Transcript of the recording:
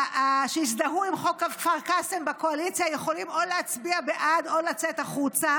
שהזדהו עם חוק כפר קאסם בקואליציה יכולים או להצביע בעד או לצאת החוצה,